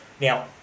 Now